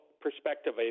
perspective